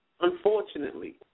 unfortunately